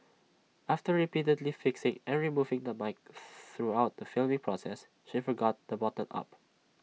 after repeatedly fixing and removing the mic throughout the filming process she forgot to button up